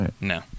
No